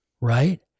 right